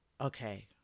okay